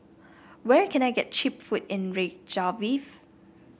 where can I get cheap food in Reykjavik